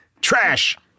Trash